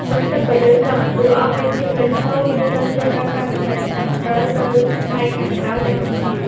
ប្រសិនបើយើងចង់ឱ្យតួអង្គមានភាពលេចធ្លោ យើងត្រូវចេះប្រើប្រាស់បច្ចេកទេសព្រិលនៅផ្នែកខាងក្រោយនៃរូបភាព។